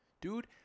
dude